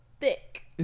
thick